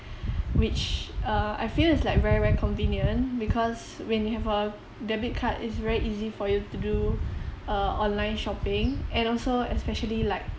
which uh I feel it's like very very convenient because when you have a debit card it's very easy for you to do uh online shopping and also especially like